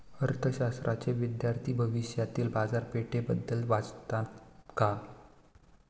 अर्थशास्त्राचे विद्यार्थी भविष्यातील बाजारपेठेबद्दल वाचतात का?